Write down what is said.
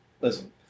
Listen